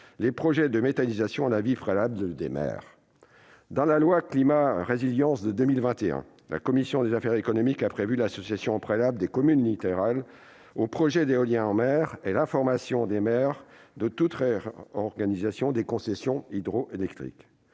les projets de méthanisation à l'avis préalable des maires. Dans la loi Climat et résilience de 2021, la commission des affaires économiques a prévu l'association préalable des communes littorales aux projets de parcs éoliens en mer et l'information des maires de toute réorganisation des concessions hydroélectriques.